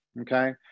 Okay